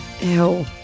Ew